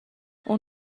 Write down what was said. اون